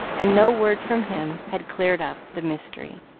and no word from him had cleared up the mystery.